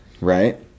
Right